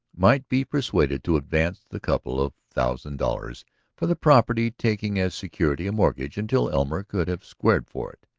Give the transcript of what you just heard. might be persuaded to advance the couple of thousand dollars for the property, taking as security a mortgage until elmer could have squared for it.